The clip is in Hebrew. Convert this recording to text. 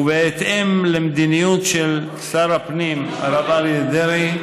ובהתאם למדיניות של שר הפנים הרב אריה דרעי,